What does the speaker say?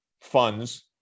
funds